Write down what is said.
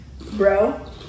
bro